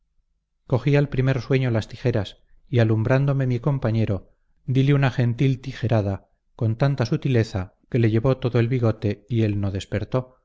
cogí al primer sueño las tijeras y alumbrándome mi compañero dile una gentil tijerada con tanta sutileza que le llevó todo el bigote y él no despertó